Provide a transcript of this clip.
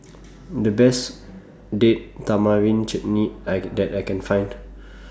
The Best Date Tamarind Chutney I that I Can Find